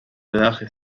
rendaje